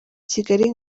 kigali